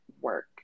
work